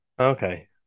Okay